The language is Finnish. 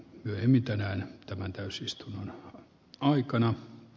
myöhemmin tänään tämän täysistunnon aikana